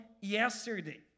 yesterday